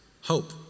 hope